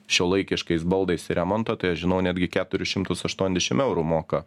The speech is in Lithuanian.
šiuolaikiškais baldais ir remontu tai aš žinau netgi keturis šimtus aštuoniasdešim eurų moka